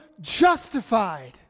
justified